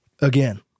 Again